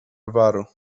varu